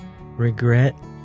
Regret